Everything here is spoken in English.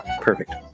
Perfect